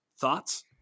Thoughts